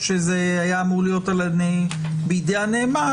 שזה היה אמור להיות בידי הנאמן,